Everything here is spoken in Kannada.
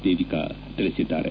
ದೇವಿಕಾ ತಿಳಿಸಿದ್ದಾರೆ